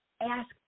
asked